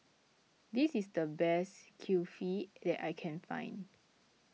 this is the best Kulfi that I can find